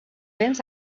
vents